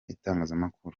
itangazamakuru